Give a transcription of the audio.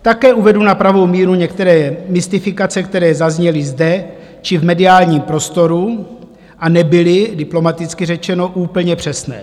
Také uvedu na pravou míru některé mystifikace, které zazněly zde či v mediálním prostoru a nebyly diplomaticky řečeno úplně přesné.